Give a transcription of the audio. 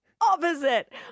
opposite